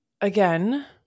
again